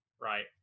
right